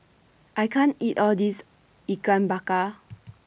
I can't eat All This Ikan Bakar